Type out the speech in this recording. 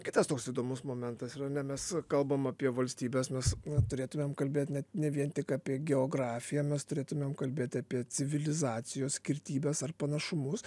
kitas toks įdomus momentas yra ar ne mes kalbam apie valstybes mes turėtumėm kalbėt ne ne vien tik apie geografiją mes turėtumėm kalbėt apie civilizacijos skirtybes ar panašumus